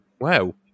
Wow